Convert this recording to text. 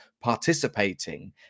participating